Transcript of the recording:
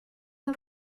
are